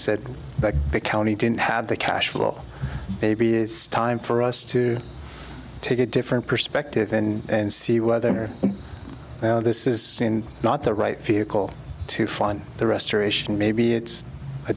said that the county didn't have the cash flow maybe it's time for us to take a different perspective in and see whether this is not the right vehicle to fund the restoration maybe it's a